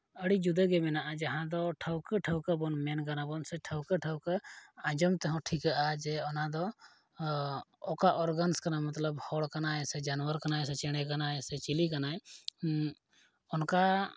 ᱟᱹᱰᱤ ᱡᱩᱫᱟᱹᱜᱮ ᱢᱮᱱᱟᱜᱼᱟ ᱡᱟᱦᱟᱸ ᱫᱚ ᱴᱷᱟᱹᱣᱠᱟᱹ ᱴᱷᱟᱹᱣᱠᱟᱹᱵᱚᱱ ᱢᱮᱱ ᱠᱟᱱᱟᱵᱚᱱ ᱥᱮ ᱴᱷᱟᱹᱣᱠᱟᱹ ᱴᱷᱟᱹᱣᱠᱟ ᱟᱸᱡᱚᱢ ᱛᱮᱦᱚᱸ ᱴᱷᱤᱠᱚᱜᱼᱟ ᱡᱮ ᱚᱱᱟᱫᱚ ᱚᱠᱟ ᱚᱨᱜᱟᱱᱥ ᱠᱟᱱᱟ ᱢᱚᱛᱞᱚᱵ ᱦᱚᱲ ᱠᱟᱱᱟᱭ ᱥᱮ ᱡᱟᱱᱣᱟᱨ ᱠᱟᱱᱟᱭ ᱥᱮ ᱪᱮᱬᱮ ᱠᱟᱱᱟᱭ ᱥᱮ ᱪᱤᱞᱤ ᱠᱟᱱᱟᱭ ᱚᱱᱠᱟ